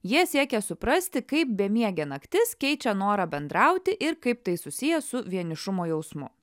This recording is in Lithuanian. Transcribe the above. jie siekė suprasti kaip bemiegė naktis keičia norą bendrauti ir kaip tai susiję su vienišumo jausmu